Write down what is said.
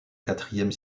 quatrième